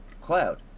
Cloud